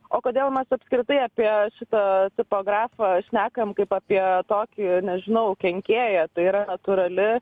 o kodėl mes apskritai apie šitą tipografą šnekam kaip apie tokį nežinau kenkėją tai yra natūrali